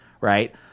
right